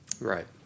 right